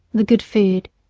the good food,